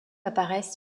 apparaissent